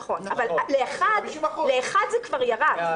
זה 50%. נכון, אבל ל-1 זה כבר ירד.